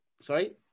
sorry